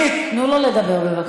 לירושלים?